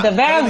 נדבר על זה,